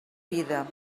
vida